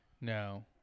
No